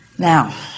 Now